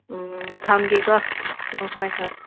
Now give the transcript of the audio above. ꯊꯝꯒꯦꯀꯣ ꯎꯝ ꯍꯣꯏ ꯍꯣꯏ